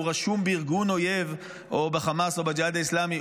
רשום בארגון אויב או בחמאס או בג'יהאד האסלמי,